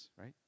right